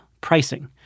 pricing